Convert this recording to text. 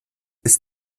ist